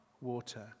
water